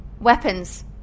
weapons